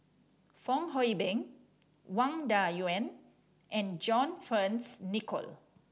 Fong Hoe Beng Wang Dayuan and John Fearns Nicoll